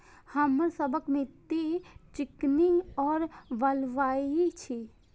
हमर सबक मिट्टी चिकनी और बलुयाही छी?